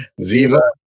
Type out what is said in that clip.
Ziva